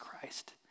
Christ